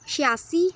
छेआसी